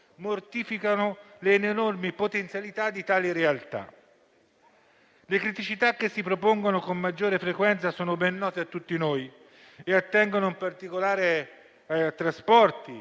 mortificano le enormi potenzialità di tale realtà. Le criticità che si propongono con maggiore frequenza sono ben note a tutti noi e attengono in particolare ai trasporti,